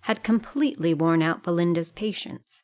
had completely worn out belinda's patience